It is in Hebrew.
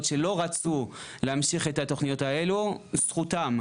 שלא רצו להמשיך את התוכניות האלו זכותם,